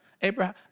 Abraham